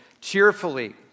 Cheerfully